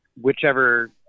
whichever